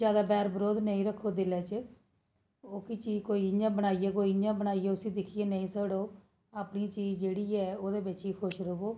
जदा बैर वरोध नेईं रक्खो दिलै च ओह्की चीज़ कोई इ'यां बनाई गेआ कोई इ'यां बनाई गेआ उसी दिक्खियै नेईं सड़ो अपनी चीज जेह्ड़ी ऐ ओह्दे बिच गै खुश र'वो